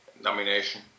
nomination